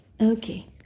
Okay